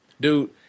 dude